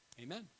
Amen